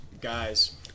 guys